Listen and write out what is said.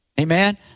Amen